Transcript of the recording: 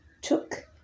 took